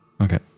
Okay